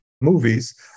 movies